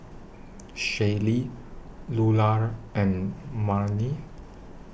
Shaylee Lular and Marni